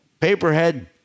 Paperhead